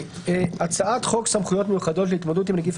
הצעת חוק סמכויות מיוחדות להתמודדות עם נגיף